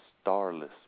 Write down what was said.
starless